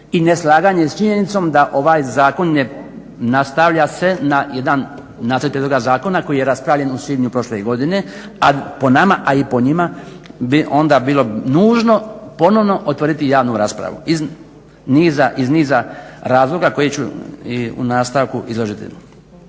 i neslaganje s činjenicom da ovaj zakon ne nastavlja se na jedan nacrt prijedloga zakona koji je raspravljen u svibnju prošle godine, a po nama i po njima, bi onda bilo nužno ponovno otvoriti javnu raspravu iz niza razloga koje ću i u nastavku izložiti.